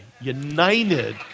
United